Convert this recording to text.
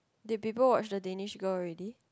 did people watched the Danish Girl already